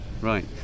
Right